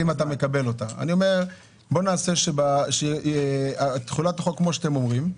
בוא נעשה שתחולת החוק תהיה כמו שאתם אומרים,